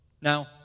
Now